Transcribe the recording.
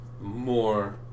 more